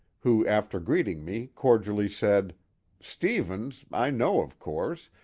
who after greeting me cordially said stevens, i know, of course,